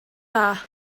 dda